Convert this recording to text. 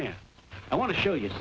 mean i want to show y